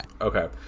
okay